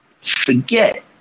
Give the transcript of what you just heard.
forget